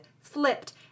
flipped